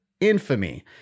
infamy